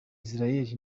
israel